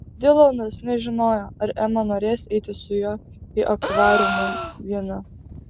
dilanas nežinojo ar ema norės eiti su juo į akvariumą viena